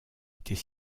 était